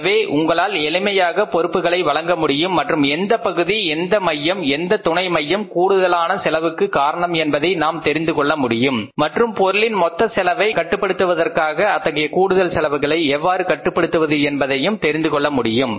எனவே உங்களால் எளிமையாக பொறுப்புகளை வழங்க முடியும் மற்றும் எந்தப் பகுதி எந்த மையம் எந்த துணை மையம் கூடுதலான செலவுக்கு காரணம் என்பதை நாம் தெரிந்துகொள்ள முடியும் மற்றும் பொருளின் மொத்த செலவை கட்டுப்படுத்துவதற்காக அத்தகைய கூடுதல் செலவுகளை எவ்வாறு கட்டுப்படுத்துவது என்பதையும் தெரிந்துகொள்ள முடியும்